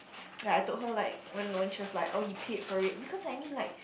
like I told her like when when she was like oh he paid for it because I mean like